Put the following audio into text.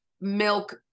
milk